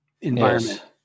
environment